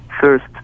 first